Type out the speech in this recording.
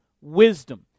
wisdom